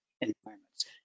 environments